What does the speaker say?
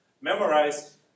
memorize